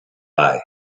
eye